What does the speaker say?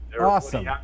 Awesome